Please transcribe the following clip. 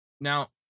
Now